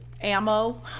ammo